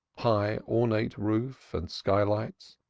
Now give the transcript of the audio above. high ornate roof, and skylights,